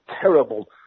terrible